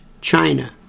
China